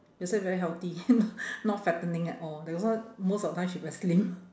that's why very healthy not fattening at all that's why most of the time she very slim